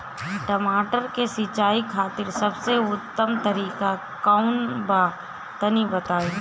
टमाटर के सिंचाई खातिर सबसे उत्तम तरीका कौंन बा तनि बताई?